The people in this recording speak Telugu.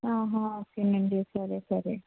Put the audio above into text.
ఆహా ఓకే అండి సరే సరే